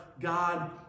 God